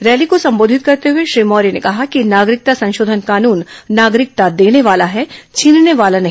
rally को संबोधित करते हुए श्री मौर्य ने कहा कि नागरिकता संशोधन कानून नागरिकता देने वाला है छीनने वाला नहीं